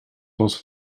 was